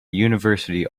university